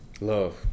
Love